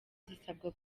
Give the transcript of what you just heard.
zisabwa